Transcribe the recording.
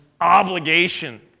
obligation